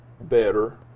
Better